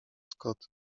scott